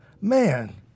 man